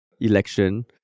election